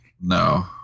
No